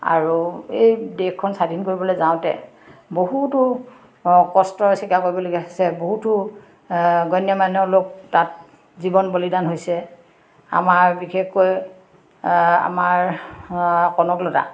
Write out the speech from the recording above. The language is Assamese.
আৰু এই দেশখন স্বাধীন কৰিবলৈ যাওঁতে বহুতো কষ্ট স্বীকাৰ কৰিবলগীয়া হৈছে বহুতো গণ্য মান্য লোক তাত জীৱন বলিদান হৈছে আমাৰ বিশেষকৈ আমাৰ কনকলতা